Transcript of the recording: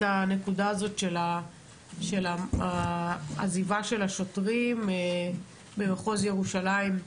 הנקודה של עזיבת השוטרים במחוז ירושלים,